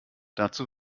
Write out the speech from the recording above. dazu